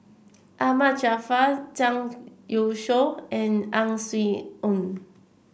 Ahmad Jaafar Zhang Youshuo and Ang Swee Aun